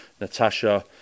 natasha